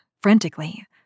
frantically